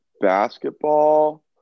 basketball